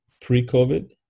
pre-COVID